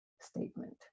statement